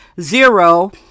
zero